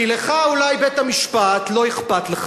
כי לך אולי מבית-המשפט לא אכפת,